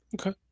Okay